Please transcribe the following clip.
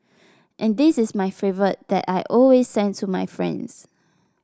and this is my favourite that I always send to my friends